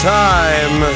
time